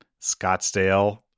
Scottsdale